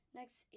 Next